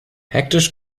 hektisch